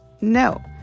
no